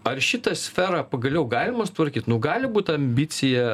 ar šitą sferą pagaliau galima sutvarkyt nu gali būti ambicija